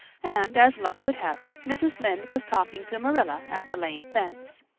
and, as luck would have it, mrs. lynde was talking to marilla at the lane fence.